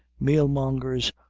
meal-mongers,